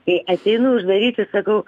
kai ateinu uždaryti sakau